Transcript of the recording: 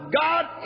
God